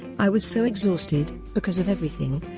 i was so exhausted, because of everything,